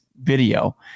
video